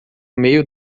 meio